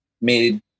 made